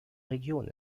region